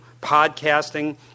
podcasting